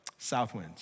Southwinds